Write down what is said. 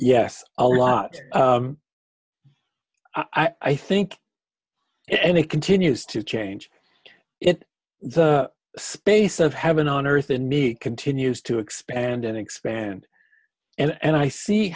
yes a lot i think and it continues to change it the space of heaven on earth and me continues to expand and expand and i see